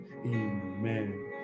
Amen